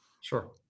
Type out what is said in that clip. Sure